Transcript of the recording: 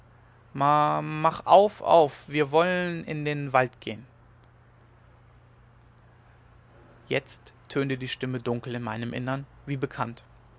ma mach auf auf wir wo woilen in den wa wald gehn wald gehn jetzt tönte die stimme dunkel in meinem innern wie bekannt